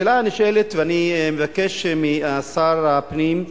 השאלה הנשאלת, ואני מבקש משר הפנים,